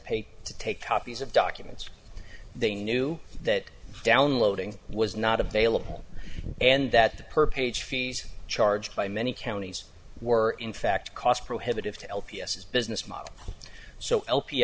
pay to take copies of documents they knew that downloading was not available and that the per page fees charged by many counties were in fact cost prohibitive to l p s his business model so l p